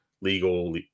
legal